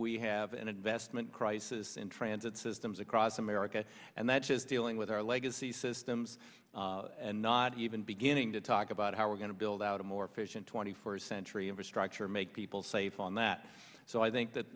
we have an investment crisis in transit systems across america and that just dealing with our legacy systems and not even beginning to talk about how we're going to build out a more efficient twenty first century infrastructure make people safe on that so i think that